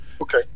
Okay